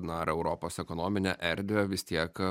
na ar europos ekonominę erdvę vis tiek